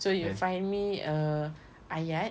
so you find me a ayat